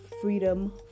freedom